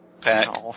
pack